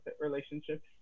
relationships